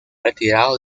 retirado